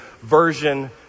version